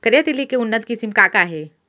करिया तिलि के उन्नत किसिम का का हे?